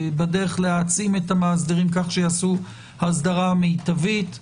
בדרך להעצים את המאסדרים כך שיעשו אסדרה מיטבית.